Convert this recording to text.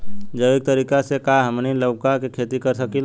जैविक तरीका से का हमनी लउका के खेती कर सकीला?